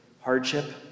hardship